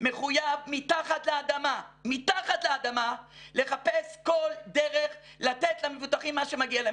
מחויב מתחת לאדמה לחפש כל דרך לתת למבוטחים מה שמגיע להם.